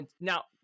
now